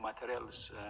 materials